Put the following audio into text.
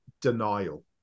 denial